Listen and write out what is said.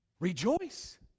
Rejoice